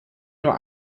nur